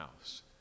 house